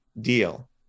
deal